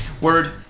word